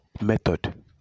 method